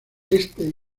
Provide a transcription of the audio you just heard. este